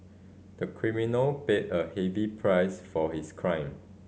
the criminal paid a heavy price for his crime